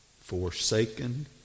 forsaken